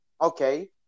Okay